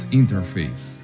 interface